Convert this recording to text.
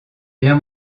bien